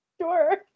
Sure